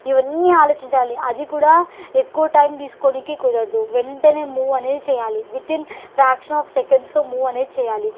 ఇవన్నీ ఆలోచించాలి అది కూడా ఎక్కువ టైం తీసుకోవడానికి కుదరదు వెంటనే మూవ్ అనేది చేయాలి వితిన్ ఫ్రాక్షన్ ఆఫ్ సెకండ్స్లో మూవ్ అనేది చేయాలి